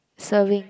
serving